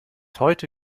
heute